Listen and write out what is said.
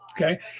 Okay